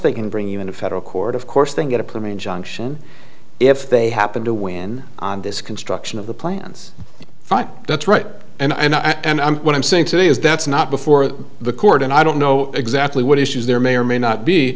they can bring in a federal court of course then get a permit junction if they happen to win on this construction of the plans that's right and i'm what i'm saying today is that's not before the court and i don't know exactly what issues there may or may not be